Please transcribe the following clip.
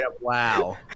wow